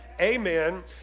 Amen